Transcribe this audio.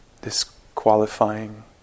disqualifying